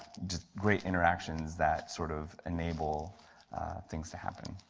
just great interactions that sort of enable things to happen.